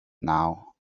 now